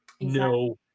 no